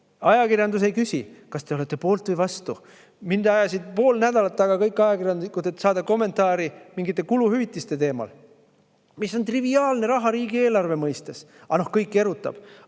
Ajakirjandus ei küsi, kas te olete selle poolt või vastu. Mind ajasid pool nädalat taga kõik ajakirjanikud, et saada kommentaari kuluhüvitiste teemal, kuigi see on triviaalne raha riigieelarve mõistes. Aga noh, kõiki erutab.